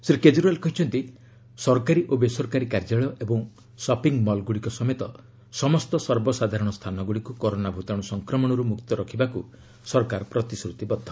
ଶ୍ରୀ କେଜରିଓ୍ବାଲ କହିଛନ୍ତି ସରକାରୀ ଓ ବେରସକାରୀ କାର୍ଯ୍ୟାଳୟ ଏବଂ ସପିଙ୍ଗମଲ୍ଗୁଡ଼ିକ ସମେତ ସମସ୍ତ ସର୍ବସାଧାରଣ ସ୍ଥାନଗୁଡ଼ିକୁ କରୋନା ଭୂତାଣୁ ସଂକ୍ରମଣରୁ ମୁକ୍ତ ରଖିବାକୁ ସରକାର ପ୍ରତିଶ୍ରତିବଦ୍ଧ